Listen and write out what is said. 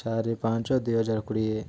ଚାରି ପାଞ୍ଚ ଦୁଇ ହଜାର କୋଡ଼ିଏ